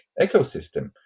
ecosystem